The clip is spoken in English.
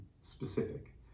specific